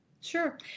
Sure